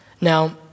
Now